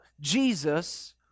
Jesus